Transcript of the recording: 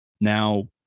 Now